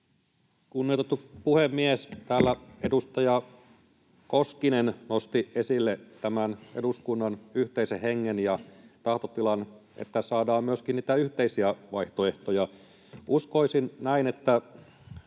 Kunnioitettu puhemies! Täällä edustaja Koskinen nosti esille tämän eduskunnan yhteisen hengen ja tahtotilan, että saadaan myöskin niitä yhteisiä vaihtoehtoja. Uskoisin näin, että